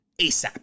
ASAP